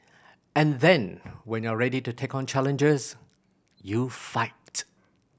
and then when you're ready to take on challenges you fight